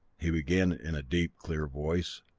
he began in a deep, clear voice,